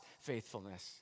faithfulness